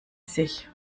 sich